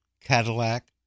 Cadillac